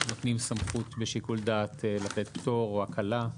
נותנים סמכות בשיקול דעת לתת פטור או הקלה.